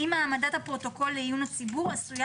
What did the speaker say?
אם העמדת הפרוטוקול לעיון הציבור עשויה